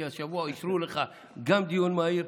כי השבוע אישרו לך גם דיון מהיר,